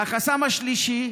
והחסם השלישי,